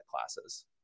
classes